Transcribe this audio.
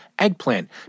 eggplant